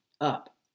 up